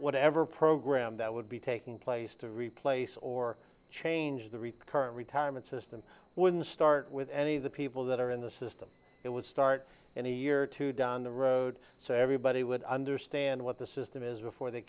whatever program that would be taking place to replace or change the rip current retirement system when start with any of the people that are in the system it would start and a year or two down the road so everybody would understand what the system is before the